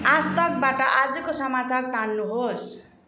आजतकबाट आजको समाचार तान्नुहोस्